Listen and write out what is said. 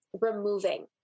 removing